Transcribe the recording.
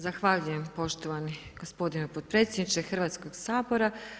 Zahvaljujem poštovani gospodine podpredsjedniče Hrvatskog sabora.